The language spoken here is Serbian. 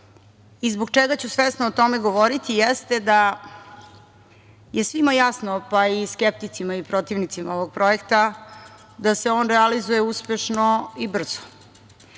i zbog čega ću svesno o tome govoriti jeste da svima jasno, pa i skepticima i protivnicima ovog projekta, da se on realizuje uspešno i brzo.